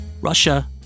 Russia